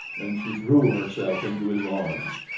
and she threw herself into his arms.